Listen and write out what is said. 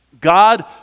God